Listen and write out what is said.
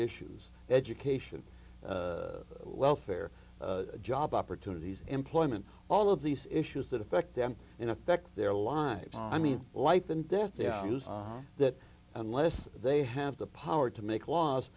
issues education welfare job opportunities employment all of these issues that affect them in affect their lives i mean life and death yeah that unless they have the power to make laws